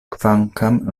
kvankam